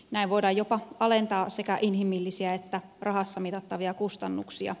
näin voidaan jopa alentaa sekä inhimillisiä että rahassa mitattavia kustannuksia